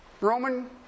Roman